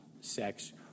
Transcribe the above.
sex